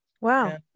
wow